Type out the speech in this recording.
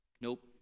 Nope